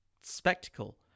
Spectacle